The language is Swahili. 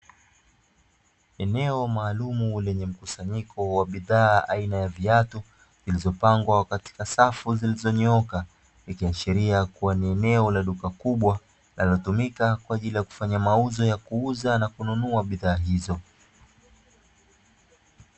Eneo maalumu lenye mkusanyiko wa bidhaa aina ya viatu vilivyopangwa katika safu zilizonyooka, ikiashiria kuwa ni eneo la duka kubwa linatumika kwa ajili ya kufanya mauzo ya kuuza na kununua bidhaa hizo.